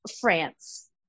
France